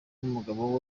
n’umugabo